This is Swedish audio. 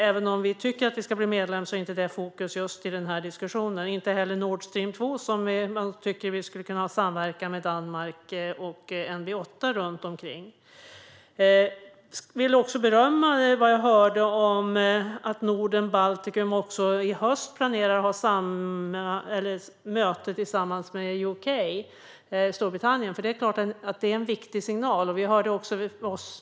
Även om vi tycker att Sverige ska bli medlem är detta inte fokus just i den här diskussionen. Det är inte heller Nord Stream 2, som man tycker att vi skulle kunna ha samverkan kring med Danmark och NB8. Jag vill också berömma det jag hörde om att Norden och Baltikum i höst planerar att ha möte tillsammans med Storbritannien. Det är en viktig signal.